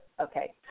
Okay